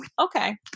Okay